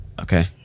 okay